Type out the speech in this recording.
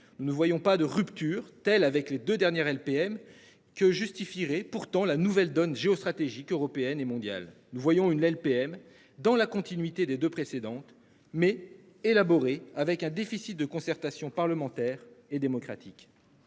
Nous ne voyons pas de rupture telle avec les deux dernières LPM que justifieraient pourtant la nouvelle donne géostratégique européenne et mondiale. Nous voyons une la LPM dans la continuité des deux précédentes mais élaboré avec un déficit de concertation parlementaire et démocratique.